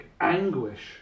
anguish